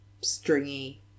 stringy